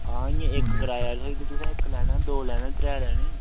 हा इ'यां इक कराए उप्पर थहोई जंदा ऐ तु'सें इक लैना दौ लैने त्रै लैने न